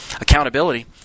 accountability